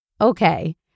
Okay